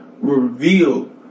reveal